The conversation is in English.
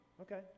Okay